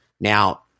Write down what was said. Now